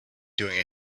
doing